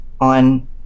on